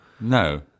No